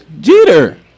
jeter